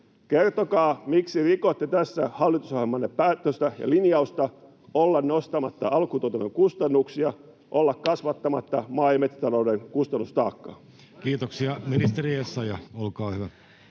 Kertokaa, miksi rikotte tässä hallitusohjelmanne päätöstä ja linjausta olla nostamatta alkutuotannon kustannuksia, olla kasvattamatta maa‑ ja metsätalouden kustannustaakkaa. [Speech 72] Speaker: